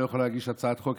אני לא יכולה להגיש הצעת חוק.